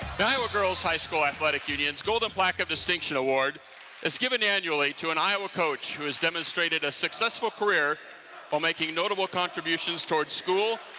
and iowa girls high school athletic union's golden plaque of distinction award is given annually to an iowa coach who has demonstrated a successful career while making notable contributions towards school,